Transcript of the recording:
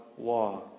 law